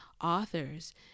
authors